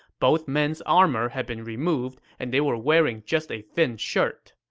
both men's armor had been removed, and they were wearing just a thin shirt.